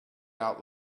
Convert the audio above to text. out